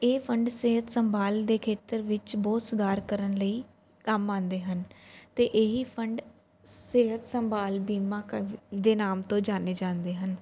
ਇਹ ਫੰਡ ਸਿਹਤ ਸੰਭਾਲ ਦੇ ਖੇਤਰ ਵਿੱਚ ਬਹੁਤ ਸੁਧਾਰ ਕਰਨ ਲਈ ਕੰਮ ਆਉਂਦੇ ਹਨ ਅਤੇ ਇਹੀ ਫੰਡ ਸਿਹਤ ਸੰਭਾਲ ਬੀਮਾ ਕ ਦੇ ਨਾਮ ਤੋਂ ਜਾਨੇ ਜਾਂਦੇ ਹਨ